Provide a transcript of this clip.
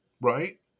right